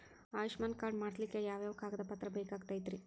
Ayushman card ಮಾಡ್ಸ್ಲಿಕ್ಕೆ ಯಾವ ಯಾವ ಕಾಗದ ಪತ್ರ ಬೇಕಾಗತೈತ್ರಿ?